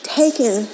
taken